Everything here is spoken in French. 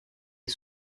est